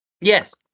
Yes